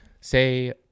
say